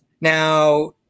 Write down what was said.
Now